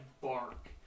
bark